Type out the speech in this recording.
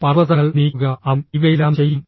പർവ്വതങ്ങൾ നീക്കുക അവൻ ഇവയെല്ലാം ചെയ്യും